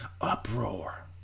uproar